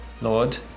Lord